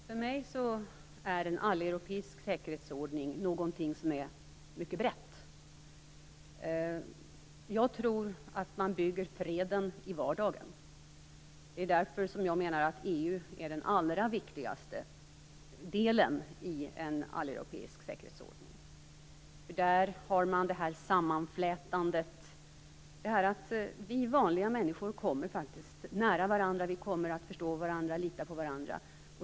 Herr talman! För mig är en alleuropeisk säkerhetsordning någonting som är mycket brett. Jag tror att man bygger freden i vardagen. Därför menar jag att EU är den allra viktigaste delen i en alleuropeisk säkerhetsordning. Där har man sammanflätandet, detta att vi vanliga människor kommer nära varandra, att vi förstår varandra och litar på varandra.